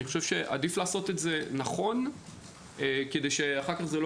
עדיף לעשות את זה נכון כדי שאחר כך זה לא